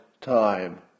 time